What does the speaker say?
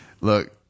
Look